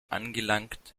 angelangt